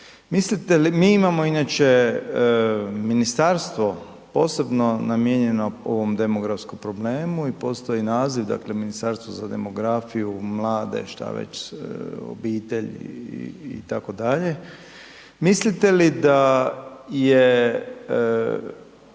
glavom. Mi imamo inače ministarstvo posebno namijenjeno ovom demografskom problemu i postoji naziv Ministarstvo za demografiju, mlade, šta već, obitelj itd. mislite li da je